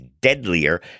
deadlier